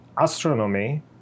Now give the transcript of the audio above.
astronomy